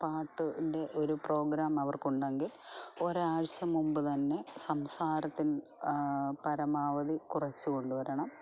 പാട്ടിന്റെ ഒരു പ്രോഗ്രാമവർക്ക് ഉണ്ടെങ്കിൽ ഒരാഴ്ച മുമ്പ് തന്നെ സംസാരത്തിന് പരമാവധി കുറച്ചു കൊണ്ടു വരണം